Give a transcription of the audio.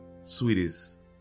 sweetest